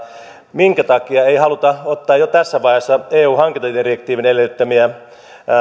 minkä takia ei haluta ottaa jo tässä vaiheessa eun hankintadirektiivin edellyttämiä